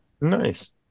Nice